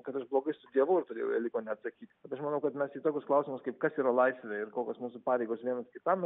kad aš blogai studijavau ir todėl jie liko neatsakyti bet aš manau kad mes į tokius klausimus kaip kas yra laisvė ir kokios mūsų pareigos vienas kitam